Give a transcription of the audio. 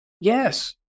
Yes